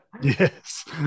Yes